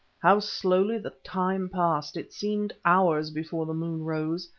how slowly the time passed! it seemed hours before the moon rose.